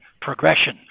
progression